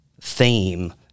theme